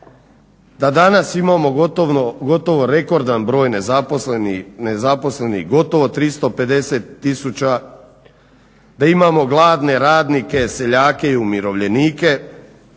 da danas imamo gotovo rekordan broj nezaposlenih, gotovo 350000, da imamo gladne radnike, seljake i umirovljenike,